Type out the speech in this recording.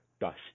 dust